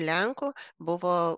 lenkų buvo